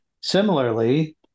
Similarly